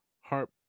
heart